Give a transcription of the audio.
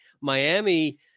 Miami